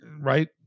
Right